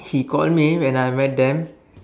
he call me when I meet them